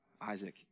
Isaac